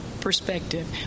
perspective